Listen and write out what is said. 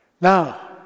Now